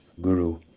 Guru